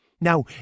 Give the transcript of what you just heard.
Now